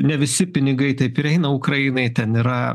ne visi pinigai taip ir eina ukrainai ten yra